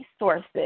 resources